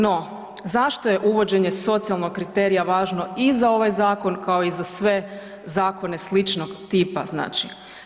No, zašto je uvođenje socijalnog kriterija važno i za ovaj zakon kao i za sve zakone sličnog tipa značne?